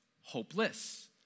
hopeless